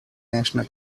national